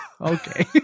okay